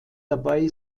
dabei